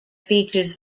features